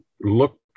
look